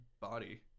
body